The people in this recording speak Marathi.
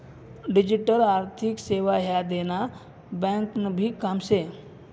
डिजीटल आर्थिक सेवा ह्या देना ब्यांकनभी काम शे